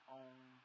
own